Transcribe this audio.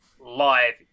live